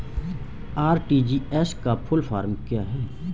RTGS का full form क्या है?